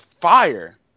fire